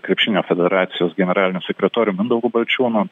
krepšinio federacijos generaliniu sekretorium mindaugu balčiūnu